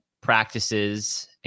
practices